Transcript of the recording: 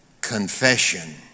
confession